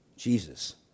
Jesus